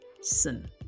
sin